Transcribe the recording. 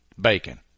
bacon